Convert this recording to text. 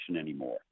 anymore